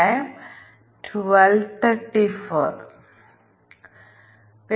അതിനാൽ അതിർത്തി മൂല്യങ്ങൾ എന്തായിരിക്കും